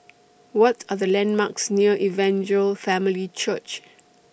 What Are The landmarks near Evangel Family Church